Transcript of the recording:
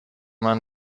man